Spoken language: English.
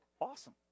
awesome